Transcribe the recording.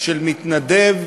של מתנדב,